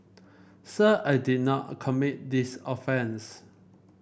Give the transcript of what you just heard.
sir I did not commit this offence